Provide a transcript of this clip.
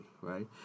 right